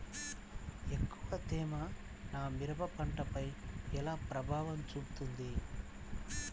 ఎక్కువ తేమ నా మిరప పంటపై ఎలా ప్రభావం చూపుతుంది?